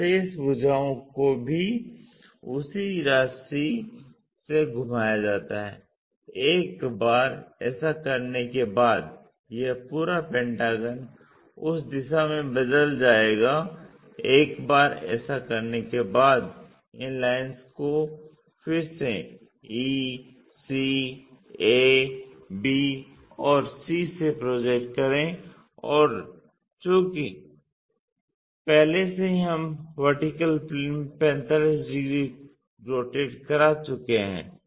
तो शेष भुजाओं को भी उसी राशि से घुमाया जाता है एक बार ऐसा करने के बाद यह पूरा पेंटागन उस दिशा में बदल जाएगा एक बार ऐसा करने के बाद इन लाइंस को फिर से e c a b और c से प्रोजेक्ट करें और चुंकि पहले से ही हम VP में 45 डिग्री रोटेट करा चुके हैं